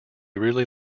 really